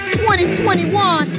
2021